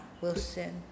Wilson